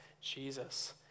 Jesus